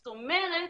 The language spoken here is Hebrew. זאת אומרת